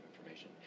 information